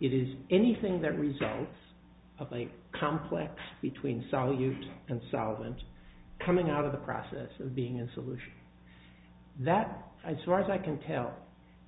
it is anything that results of a complex between sol used and solvent coming out of the process of being in solution that as far as i can tell